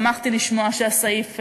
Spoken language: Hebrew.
שמחתי לשמוע שהסעיף,